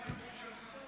זה הנימוק שלך?